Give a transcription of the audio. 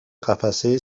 قفسه